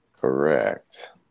Correct